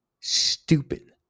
stupid